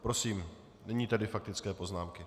Prosím, nyní tedy faktické poznámky.